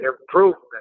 improvement